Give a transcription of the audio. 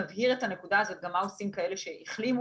נבהיר את הנקודה הזאת גם מה עושים כאלה שהחלימו,